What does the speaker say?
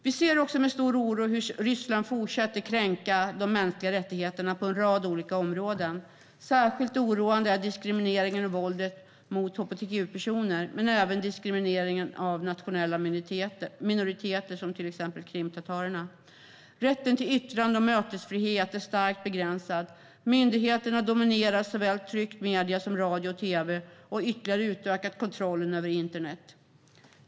Vi ser också med stor oro hur Ryssland fortsätter att kränka de mänskliga rättigheterna på en rad olika områden. Särskilt oroande är diskrimineringen och våldet mot hbtq-personer men även diskrimineringen av nationella minoriteter som krimtatarerna. Rätten till yttrande och mötesfrihet är starkt begränsad. Myndigheterna dominerar såväl tryckta medier som radio och tv och har ytterligare utökat kontrollen över internet.